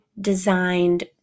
designed